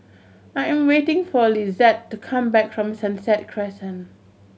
I am waiting for Lizeth to come back from Sunset Crescent